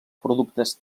productes